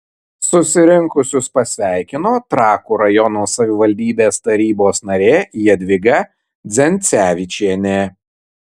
susirinkusius pasveikino trakų rajono savivaldybės tarybos narė jadvyga dzencevičienė